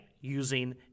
using